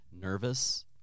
Nervous